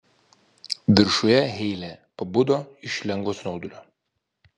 viršuje heile pabudo iš lengvo snaudulio